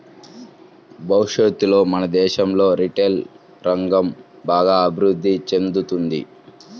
భవిష్యత్తులో మన దేశంలో రిటైల్ రంగం బాగా అభిరుద్ధి చెందుతుంది